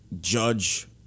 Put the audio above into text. judge